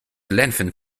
lengthened